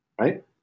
right